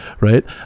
right